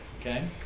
okay